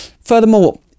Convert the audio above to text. Furthermore